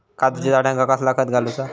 काजूच्या झाडांका कसला खत घालूचा?